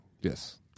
Yes